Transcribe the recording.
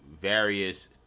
various